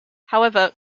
however